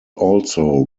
also